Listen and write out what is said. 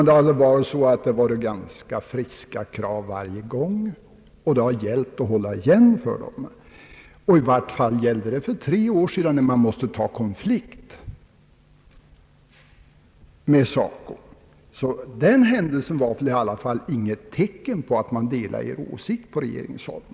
Det har väl tvärtom varit ganska friska krav varje gång, och det har gällt för regeringen att hålla igen. I vart fall gällde det för tre år sedan, när det måste gå till konflikt med SACO. Konflikten var väl i alla fall inget tecken på att SACO:s åsikt delades på regeringshåll.